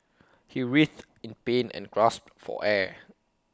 he writhed in pain and grasped for air